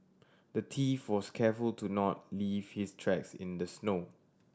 the thief was careful to not leave his tracks in the snow